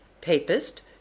papist